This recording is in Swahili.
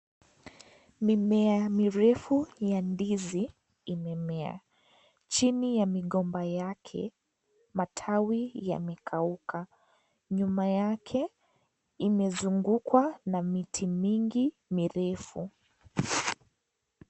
Mimea mirefu ya ndizi imemea. chini ya migomba yake, matawi yamekauka. Nyuma yake imezungukwa na miti mingi mirefu.